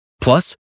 Plus